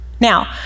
Now